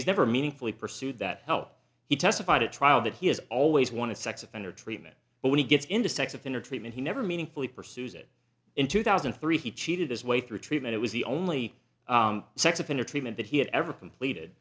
he's never meaningfully pursued that help he testified at trial that he has always want to sex offender treatment but when he gets into sex offender treatment he never meaningfully pursues it in two thousand and three he cheated his way through treatment it was the only sex offender treatment that he had ever completed